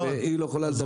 והיא לא יכולה לדבר בשמי.